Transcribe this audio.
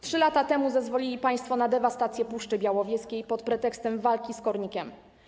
3 lata temu zezwolili państwo na dewastację Puszczy Białowieskiej pod pretekstem walki z kornikiem.